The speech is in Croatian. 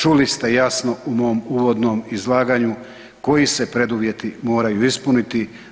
Čuli ste jasno u mom uvodnom izlaganju koji se preduvjeti moraju ispuniti.